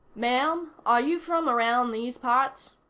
ma'am, are you from around these parts?